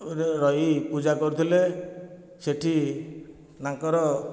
ରେ ରହି ପୂଜା କରୁଥିଲେ ସେଇଠି ତାଙ୍କର